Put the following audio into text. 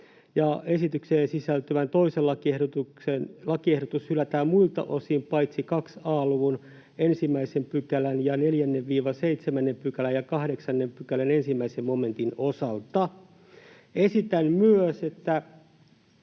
esitykseen sisältyvä 2. lakiehdotus hylätään muilta osin paitsi 2 a luvun 1 §:n ja 4—7 § ja 8 §:n 1 momentin osalta. Esitän myös, että